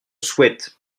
souhaite